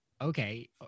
okay